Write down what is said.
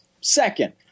second